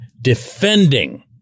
defending